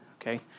okay